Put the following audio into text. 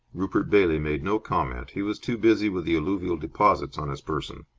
rupert bailey made no comment. he was too busy with the alluvial deposits on his person.